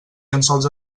llençols